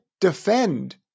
defend